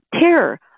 terror